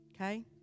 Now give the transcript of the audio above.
Okay